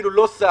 אפילו לא שר,